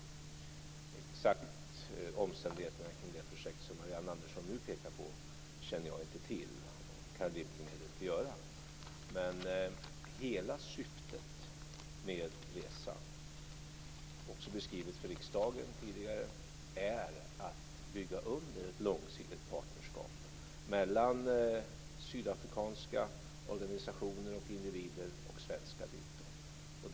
De exakta omständigheterna kring det projekt som Marianne Andersson nu pekar på känner jag inte till, och kan rimligen heller inte göra. Hela syftet med resan, också beskrivet för riskdagen tidigare, är att underbygga ett långsiktigt partnerskap mellan sydafrikanska organisationer och individer och svenska dito.